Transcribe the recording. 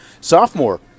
sophomore